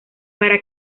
para